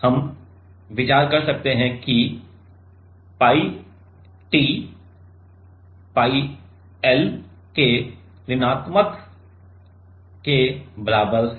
हम विचार कर सकते हैं कि pi t pi L के ऋण के बराबर है